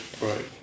Right